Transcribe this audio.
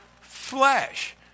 flesh